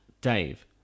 dave